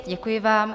Děkuji vám.